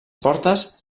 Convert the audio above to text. portes